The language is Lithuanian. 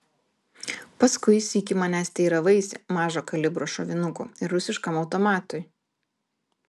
paskui sykį manęs teiravaisi mažo kalibro šovinukų ir rusiškam automatui